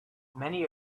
many